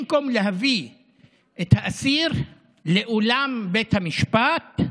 במקום להביא את האסיר לאולם בית המשפט.